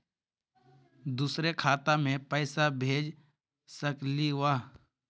दुसरे खाता मैं पैसा भेज सकलीवह?